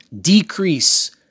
decrease